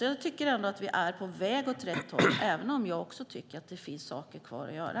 Jag tycker alltså att vi är på väg åt rätt håll, även om jag också tycker att det finns saker kvar att göra.